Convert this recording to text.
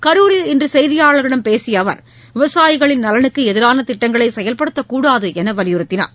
கரூரில் இன்று செய்தியாளர்களிடம் பேசிய அவர் விவசாயிகளின் நலனுக்கு எதிரான திட்டங்களை செயல்படுத்தக்கூடாது என்று வலியுறுத்தினார்